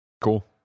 Cool